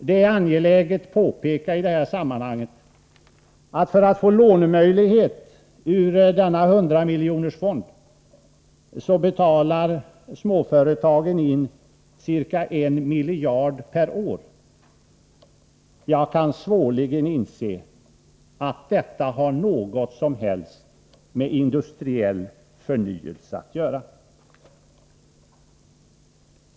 Det är angeläget att påpeka att för att få låna ur denna 100-miljoners-fond betalar småföretagen in ca 1 miljard per år. Jag kan svårligen inse att detta har något som helst med industriell förnyelse att göra.